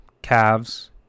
Calves